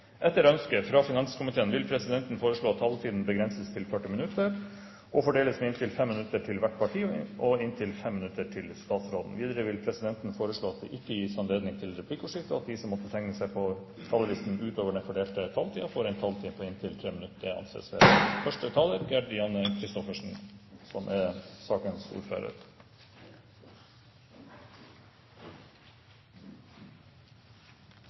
Etter ønske fra finanskomiteen vil presidenten foreslå at taletiden begrenses til 40 minutter og fordeles med inntil 5 minutter til hvert parti og inntil 5 minutter til statsråden. Videre vil presidenten foreslå at det ikke gis anledning til replikkordskifte, og at de som måtte tegne seg på talerlisten utover den fordelte taletid, får en taletid på inntil 3 minutter. – Det anses vedtatt. Endringene i regnskapsloven og enkelte andre lover som